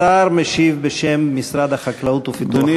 השר סער משיב בשם משרד החקלאות ופיתוח הכפר.